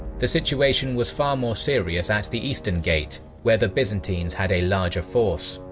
the situation was far more serious at the eastern gate, where the byzantines had a larger force.